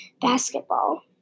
basketball